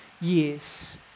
years